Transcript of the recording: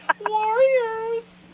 Warriors